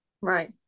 Right